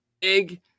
big